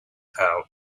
out